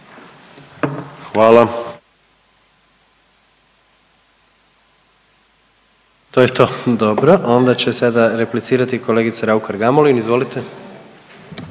(HDZ)** To je to? Dobro. Onda će sada replicirati kolegica Raukar-Gamulin, izvolite.